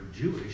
Jewish